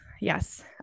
Yes